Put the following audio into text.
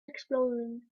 explosion